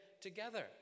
together